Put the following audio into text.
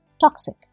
toxic